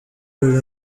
ruri